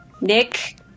Nick